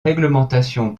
réglementation